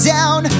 Down